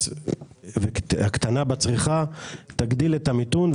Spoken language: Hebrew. והקטנת הצריכה תגדיל את המיתון,